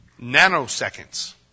Nanoseconds